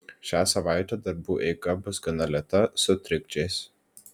šią savaitę darbų eiga bus gana lėta su trikdžiais